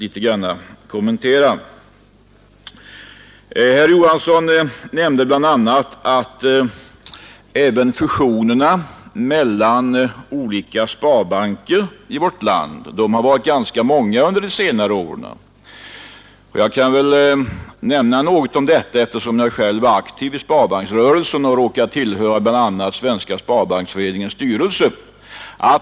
Herr Johansson sade bl.a. att även fusionerna mellan olika sparbanker i vårt land har varit ganska många under de senare åren. Jag kan väl nämna något om detta, eftersom jag själv är aktiv i sparkbanksrörelsen och råkar tillhöra bl.a. Svenska sparbanksföreningens styrelse.